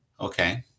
Okay